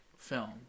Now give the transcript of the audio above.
film